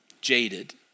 jaded